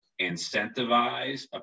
incentivize